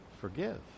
forgive